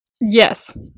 Yes